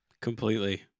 Completely